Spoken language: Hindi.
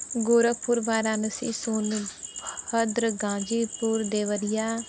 गोरखपुर वाराणसी सोनभद्र गांजीपुर देवरिया